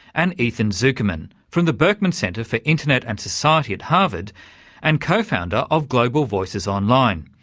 and ethan zuckerman, from the berkman centre for internet and society at harvard and co-founder of global voices online,